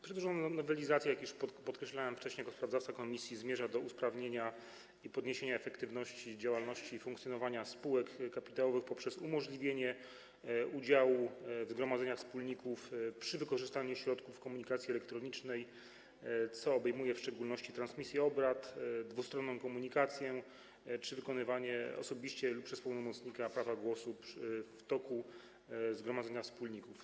Przedłożona nowelizacja, jak już podkreślałem wcześniej jako sprawozdawca komisji, zmierza do usprawnienia i podniesienia efektywności działalności i funkcjonowania spółek kapitałowych poprzez umożliwienie udziału w obradach zgromadzenia wspólników przy wykorzystaniu środków komunikacji elektronicznej, co obejmuje w szczególności transmisję obrad, dwustronną komunikację czy wykonywanie osobiście lub przez pełnomocnika prawa głosu w toku obrad zgromadzenia wspólników.